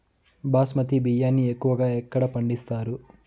బాస్మతి బియ్యాన్ని ఎక్కువగా ఎక్కడ పండిస్తారు?